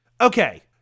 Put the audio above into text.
Okay